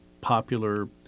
popular